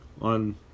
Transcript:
on